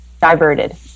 diverted